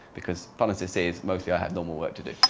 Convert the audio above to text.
because fun as this is, mostly i have no more work to do.